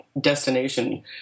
destination